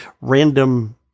random